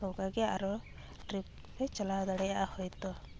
ᱱᱚᱝᱠᱟᱜᱮ ᱟᱨᱚ ᱴᱨᱤᱯ ᱞᱮ ᱪᱟᱞᱟᱣ ᱫᱟᱲᱮᱭᱟᱜᱼᱟ ᱦᱳᱭᱛᱚ